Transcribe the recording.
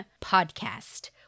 podcast